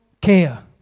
care